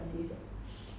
if not how to see